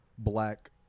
black